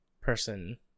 person